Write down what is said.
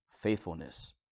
faithfulness